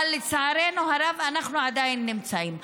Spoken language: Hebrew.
אבל לצערנו הרב אנחנו עדיין נמצאים,